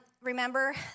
remember